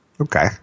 Okay